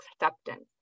acceptance